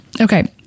Okay